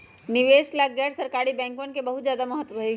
निवेश ला भी गैर सरकारी बैंकवन के बहुत ज्यादा महत्व हई